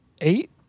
eight